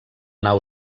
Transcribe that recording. nau